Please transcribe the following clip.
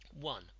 one